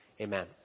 Amen